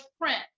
print